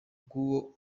bw’uwo